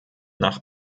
nach